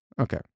Okay